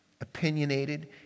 opinionated